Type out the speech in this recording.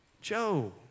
Joe